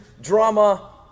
drama